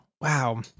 wow